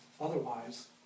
Otherwise